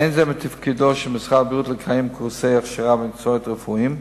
אין זה מתפקידו של משרד הבריאות לקיים קורסי הכשרה במקצועות רפואיים.